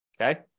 Okay